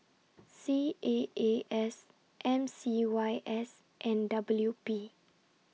C A A S M C Y S and W P